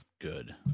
good